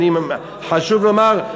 חשוב לומר,